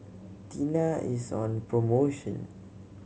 tena is on promotion